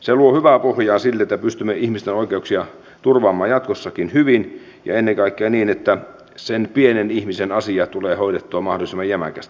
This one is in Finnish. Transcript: se luo hyvää pohjaa sille että pystymme ihmisten oikeuksia turvaamaan jatkossakin hyvin ja ennen kaikkea niin että sen pienen ihmisen asia tulee hoidettua mahdollisimman jämäkästi